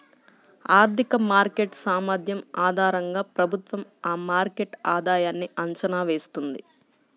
ఆర్థిక మార్కెట్ సామర్థ్యం ఆధారంగా ప్రభుత్వం ఆ మార్కెట్ ఆధాయన్ని అంచనా వేస్తుంది